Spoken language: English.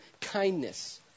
kindness